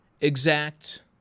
exact